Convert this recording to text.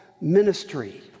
ministry